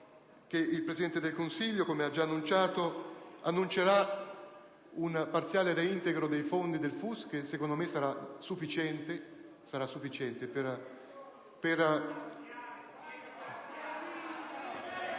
il Presidente del Consiglio, come ha già dichiarato, annuncerà un parziale reintegro dei fondi del FUS che sarà, secondo me, sufficiente.